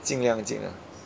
尽量尽量